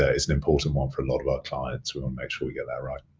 ah it's an important one for a lot of our clients. we wanna make sure we get that right.